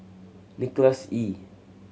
Nicholas Ee